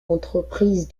entreprises